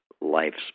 life's